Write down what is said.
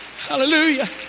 Hallelujah